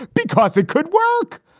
because it could work.